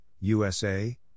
USA